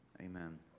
Amen